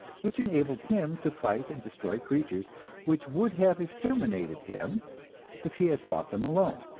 which enabled him to fight and destroy creatures which would have exterminated him if he had fought them alone.